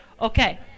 Okay